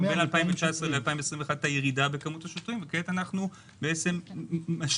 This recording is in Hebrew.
בין 2019 ל-2021 הייתה ירידה בכמות השוטרים וכעת אנחנו בעצם משלימים